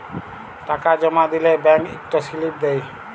টাকা জমা দিলে ব্যাংক ইকট সিলিপ দেই